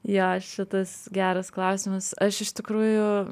jo šitas geras klausimas aš iš tikrųjų